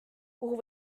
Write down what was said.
kuhu